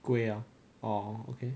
鬼 ah oh okay